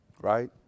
right